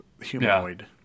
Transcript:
humanoid